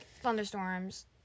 thunderstorms